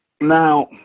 now